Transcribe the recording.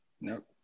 Nope